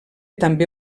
també